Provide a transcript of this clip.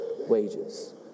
wages